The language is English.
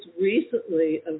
recently